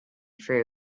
fruit